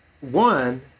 one